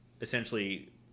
essentially